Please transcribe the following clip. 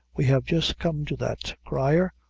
we have just come to that. crier,